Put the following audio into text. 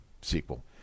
sequel